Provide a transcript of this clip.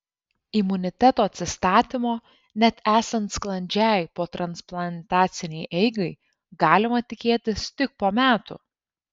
imuniteto atsistatymo net esant sklandžiai potransplantacinei eigai galima tikėtis tik po metų